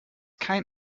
kein